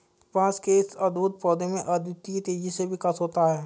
बांस के इस अद्भुत पौधे में अद्वितीय तेजी से विकास होता है